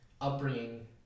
upbringing